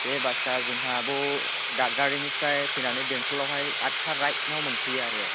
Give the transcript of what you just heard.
बे बासआ जोंहा बे दादगारिनिफ्राय फैनानै बेंटलावहाय आदथा राइटआव मोनफैयो आरो